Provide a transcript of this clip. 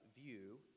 view